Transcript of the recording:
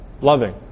loving